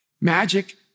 Magic